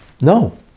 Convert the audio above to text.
no